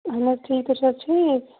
اَہَن حظ ٹھیٖک تُہۍ چھِو حظ ٹھیٖک